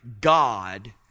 God